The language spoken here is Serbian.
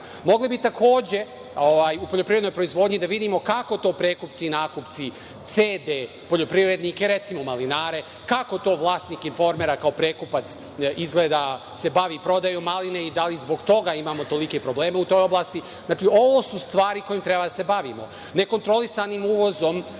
Mogli bi takođe u poljoprivrednoj proizvodnji da vidimo kako to prekupci, nakupci cede poljoprivrednike, recimo malinare, kako se to vlasnik „Informera“, kao prekupac, bavi prodajom malina i da li zbog toga imamo tolike probleme u toj oblasti. Znači, ovo su stvari kojima treba da se bavimo. Nekontrolisanim uvozom